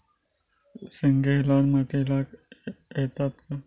शेंगे लाल मातीयेत येतत काय?